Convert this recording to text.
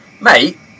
Mate